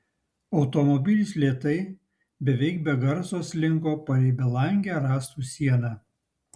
automobilis lėtai beveik be garso slinko palei belangę rąstų sieną